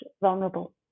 vulnerable